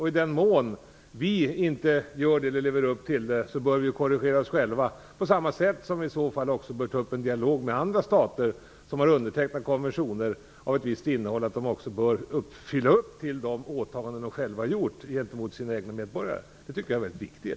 I den mån vi inte lever upp till de konventioner vi har skrivit på bör vi korrigera oss själva, på samma sätt som vi bör ta upp en dialog med andra stater som har undertecknat konventioner med ett visst innehåll och inte lever upp till de åtaganden de har gjort gentemot sina egna medborgare. Det är väldigt viktigt.